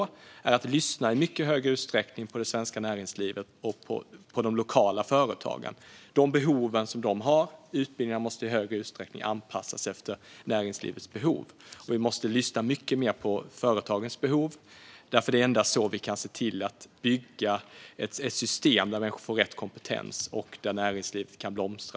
Nummer två är att i mycket högre utsträckning lyssna på vilka behov det svenska näringslivet och de lokala företagen har och anpassa utbildningar efter det. Endast så kan vi se till att bygga ett system där människor får rätt kompetens så att näringslivet kan blomstra.